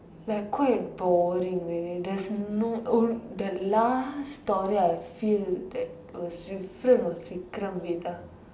like quite boring really there's no um the last story I feel that was different was Vikram Vedha